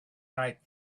night